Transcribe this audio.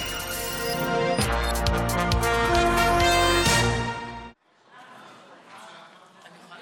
דברי הכנסת ב / מושב ראשון / ישיבות ג' ה'